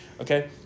Okay